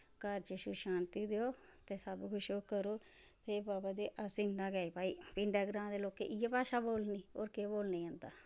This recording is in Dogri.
घर च सुख शांति देओ ते सब कुछ ओ करो हे बाबा ते असें इन्ना गै ई भाई पिंडै ग्राएं दे लोकें इयै भाश बोलनी होर केह् बोलनेई आंदा